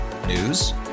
News